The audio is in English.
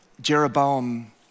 Jeroboam